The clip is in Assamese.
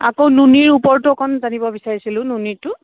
আকৌ নুনীৰ ওপৰতো অকণ জানিব বিচাৰিছিলোঁ নুনীটো